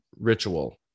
ritual